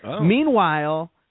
Meanwhile